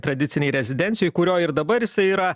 tradicinėj rezidencijoj kurioj ir dabar jisai yra